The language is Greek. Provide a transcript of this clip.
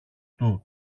του